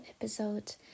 episode